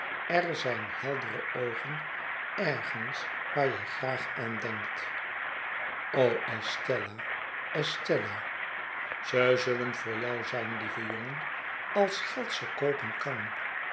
er zijn heldere oogen ergens waar je graag aan denkt estella estella ze zullen voor jou zijn lieve jongen als geld ze koopen kan